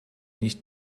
nicht